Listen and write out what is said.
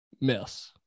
miss